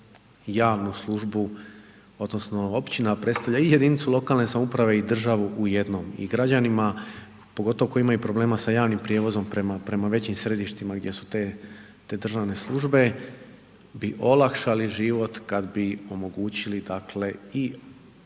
javnu službu odnosno općina predstavlja i jedinicu lokalne samouprave i državu u jednom i građanima pogotovo koji imaju problema sa javnim prijevozom prema većim središtima gdje su te državne službe bi olakšali život kad bi omogućili dakle